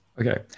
Okay